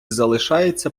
залишається